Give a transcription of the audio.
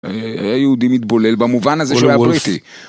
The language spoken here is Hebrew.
היה יהודי מתבולל, במובן הזה שהוא היה בריטי.